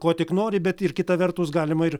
ko tik nori bet kita vertus galima ir